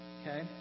Okay